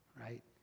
right